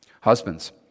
Husbands